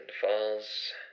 falls